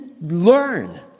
learn